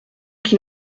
qui